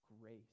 grace